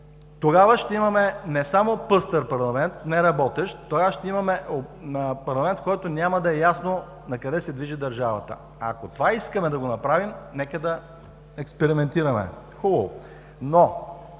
Тогава ще имаме не само пъстър парламент – неработещ, тогава ще имаме парламент, в който няма да е ясно накъде се движи държавата. Ако искаме да направим това, нека да експериментираме. Хубаво,